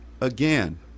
again